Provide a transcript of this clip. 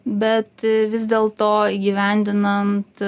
bet vis dėl to įgyvendinant